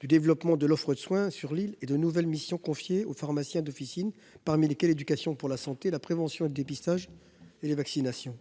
du développement de l’offre de soins sur l’île et des nouvelles missions confiées aux pharmaciens d’officine, tels que l’éducation pour la santé, la prévention, le dépistage et la vaccination.